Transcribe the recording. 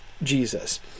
Jesus